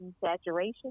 saturation